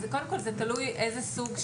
זה תלוי בסוג ההסתה.